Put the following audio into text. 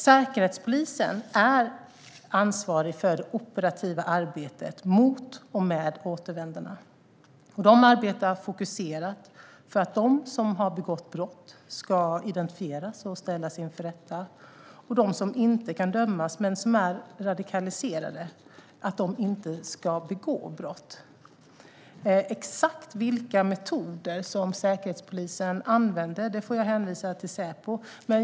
Säkerhetspolisen är ansvarig för det operativa arbetet mot och med återvändarna. Man arbetar fokuserat för att de som har begått brott ska identifieras och ställas inför rätta och för att de som inte kan dömas men som är radikaliserade inte ska begå brott. Jag hänvisar till Säpo för exakt vilka arbetsmetoder man använder.